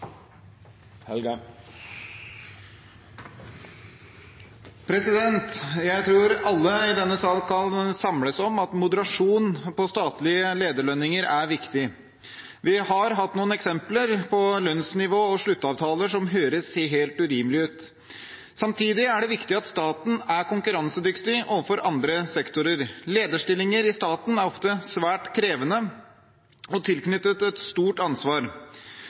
trenger. Jeg tror alle i denne sal kan samles om at moderasjon i statlige lederlønninger er viktig. Vi har hatt noen eksempler på lønnsnivå og sluttavtaler som høres helt urimelige ut. Samtidig er det viktig at staten er konkurransedyktig overfor andre sektorer. Lederstillinger i staten er ofte svært krevende og er tilknyttet et stort ansvar.